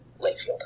Layfield